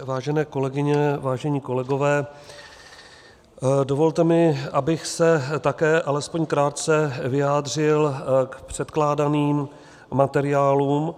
Vážené kolegyně, vážení kolegové, dovolte mi, abych se také alespoň krátce vyjádřil k předkládaným materiálům.